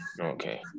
okay